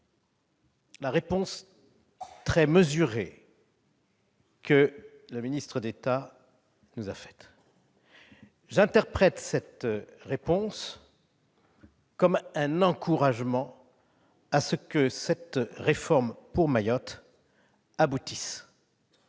la réponse très mesurée que M. le ministre d'État nous a faite. J'interprète cette réponse comme un encouragement à faire aboutir cette réforme pour Mayotte : il